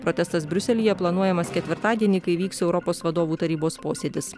protestas briuselyje planuojamas ketvirtadienį kai vyks europos vadovų tarybos posėdis